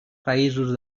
països